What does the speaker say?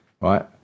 right